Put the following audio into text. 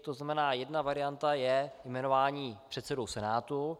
To znamená, jedna varianta je jmenování předsedou Senátu.